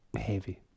heavy